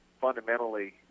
Fundamentally